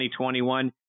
2021